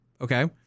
Okay